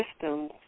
Systems